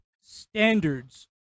standards